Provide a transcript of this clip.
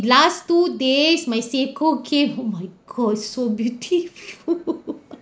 last two days my Seiko came !ow! my god so beautiful